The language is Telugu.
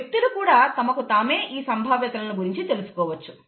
వ్యక్తులు కూడా తమకు తామే ఈ సంభావ్యతలను గురించి తెలుసుకోవచ్చు